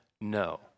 no